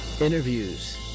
Interviews